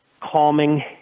calming